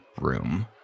room